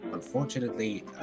Unfortunately